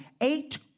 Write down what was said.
eight